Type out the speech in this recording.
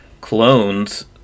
clones